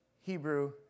Hebrew